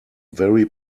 very